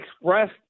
expressed